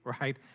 right